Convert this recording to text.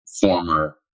former